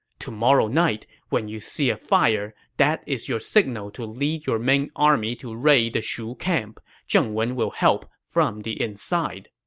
tomorrow night, when you see a fire, that is your signal to lead your main army to raid the shu camp. zheng wen will help from the inside.